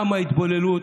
כמה התבוללות,